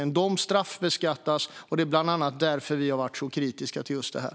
De straffbeskattas, och det är bland annat därför vi har varit så kritiska till just detta.